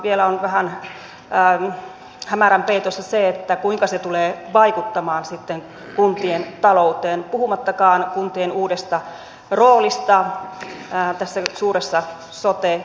vielä on vähän hämärän peitossa kuinka se tulee vaikuttamaan sitten kuntien talouteen puhumattakaan kuntien uudesta roolista tässä suuressa sote uudistuksessa